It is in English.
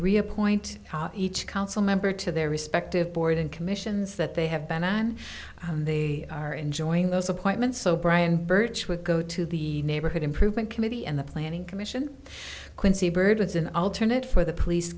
re appoint each council member to their respective board and commissions that they have been they are enjoying those appointments so brian birch would go to the neighborhood improvement committee and the planning commission quincy byrd was an alternate for the police